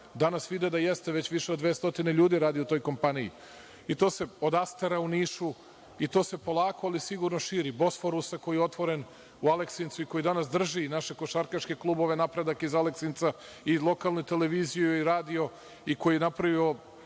danas vide da jeste. Više od 200 ljudi radi u toj kompaniji. To se polako ali sigurno širi, „Bosforus“ koji je otvoren u Aleksincu i koji danas drži naše košarkaške klubove „Napredak“ iz Aleksinca i lokalnu televiziju, radio i koji je napravio